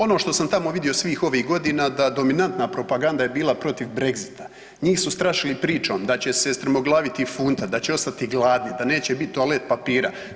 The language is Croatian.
Ono što sam tamo vidio svih ovih godina da dominantna propaganda je bila protiv Brexita, njih su strašili pričom da će se strmoglaviti funta, da će ostati gladni, da neće biti toalet papira.